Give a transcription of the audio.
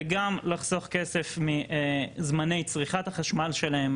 וגם לחסוך כסף מזמני צריכת החשמל שלהם,